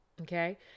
Okay